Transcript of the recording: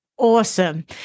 Awesome